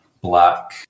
black